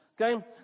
okay